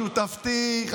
שותפתי,